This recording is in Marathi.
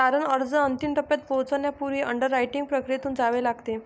तारण अर्ज अंतिम टप्प्यात पोहोचण्यापूर्वी अंडररायटिंग प्रक्रियेतून जावे लागते